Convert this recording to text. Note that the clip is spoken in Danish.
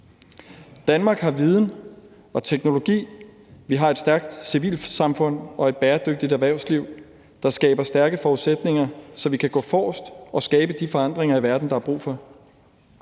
Danmark har viden og teknologi, vi har et stærkt civilsamfund og et bæredygtigt erhvervsliv, der skaber stærke forudsætninger, så vi kan gå forrest og skabe de forandringer i verden, der er brug for.